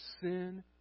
sin